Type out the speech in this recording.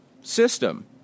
system